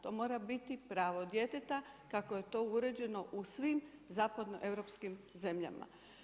To mora biti pravo djeteta, kako je to uređeno u svim zapadno europskim zemljama.